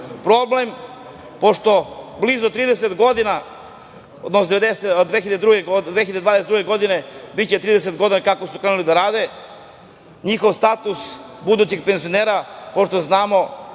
staža. Problem, pošto blizu 30 godina, odnosno 2022. godine biće 30 godina kako su krenuli da rade, njihov status budućih penzionera, pošto znamo